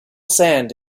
sand